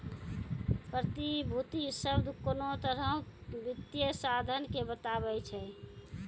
प्रतिभूति शब्द कोनो तरहो के वित्तीय साधन के बताबै छै